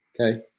Okay